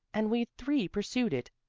and we three pursued it.